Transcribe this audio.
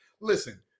Listen